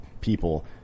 people